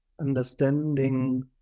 understanding